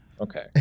Okay